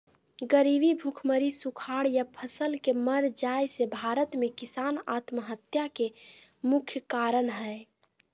गरीबी, भुखमरी, सुखाड़ या फसल के मर जाय से भारत में किसान आत्महत्या के मुख्य कारण हय